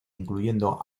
incluyendo